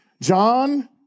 John